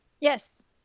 Yes